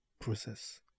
process